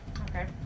okay